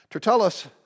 Tertullus